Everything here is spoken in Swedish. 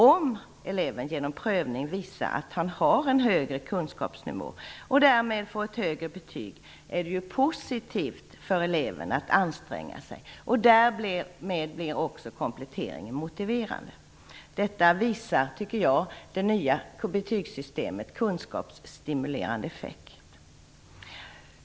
Om eleven genom prövning visar att han har en högre kunskapsnivå och därmed får ett högre betyg är det ju positivt för eleven att anstränga sig, och därmed blir också kompletteringen motiverad. Detta visar, tycker jag, det nya betygssystemets kunskapsstimulerande effekt.